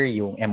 yung